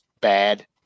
bad